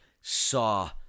saw